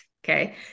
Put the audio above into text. Okay